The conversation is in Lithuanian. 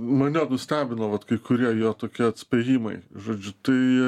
mane nustebino vat kai kurie jo tokie atspėjimai žodžiu tai